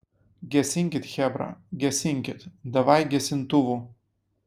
gesinkit chebra gesinkit davai gesintuvų